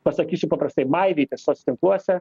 pasakysiu paprastai maivytis soc tinkluose